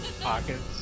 pockets